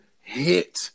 hit